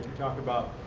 talk about